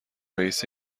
رئیس